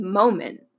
moment